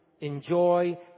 enjoy